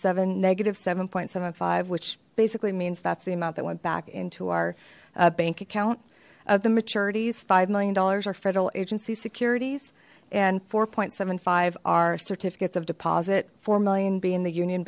seven negative seven point seven five which basically means that's the amount that went back into our bank account of the maturities five million dollars our federal agency securities and four point seven five are certificates of deposit four million being the union